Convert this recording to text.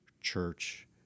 church